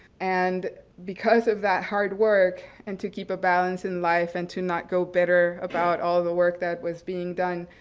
and because of that hard work and to keep a balance in life and to not go bitter about all the work that was being done,